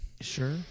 Sure